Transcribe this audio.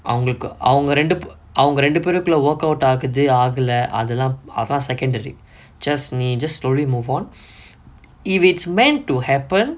அவங்களுக்கு அவங்க ரெண்டு அவங்க ரெண்டு பேருக்குள்ள:avangalukku avanga rendu avanga rendu perukulla workout ஆகுது ஆகல்ல அதல்லா அதா:aaguthu aagala athallaa atha secondary just நீ:nee just slowly move on if it's meant to happen